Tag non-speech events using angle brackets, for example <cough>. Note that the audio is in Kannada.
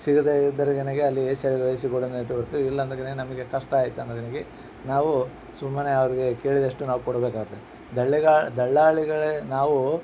ಸಿಗದೇ ಇದ್ದರೆನಗಿ ಅಲ್ಲಿ ಎ ಸಿ <unintelligible> ಇಲ್ಲ ಅಂದರೆ ನಮಗೆ ಕಷ್ಟ ಆಯ್ತು ಅಂದರೆನಗಿ ನಾವು ಸುಮ್ಮನೆ ಅವ್ರಿಗೆ ಕೇಳಿದಷ್ಟು ನಾವು ಕೊಡಬೇಕಾಗತ್ತೆ ದಳ್ಳಿಗಲು ದಲ್ಲಾಳಿಗಳೆ ನಾವು